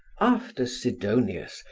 after sidonius,